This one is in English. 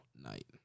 night